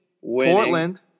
Portland